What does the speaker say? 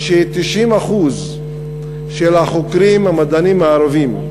ש-90% של החוקרים, המדענים הערבים,